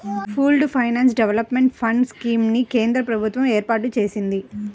pooled finance development fund scheme ని కేంద్ర ప్రభుత్వం ఏర్పాటు చేసింది